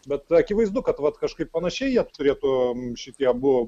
bet akivaizdu kad vat kažkaip panašiai jie turėtų šitie abu